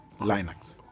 linux